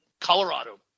Colorado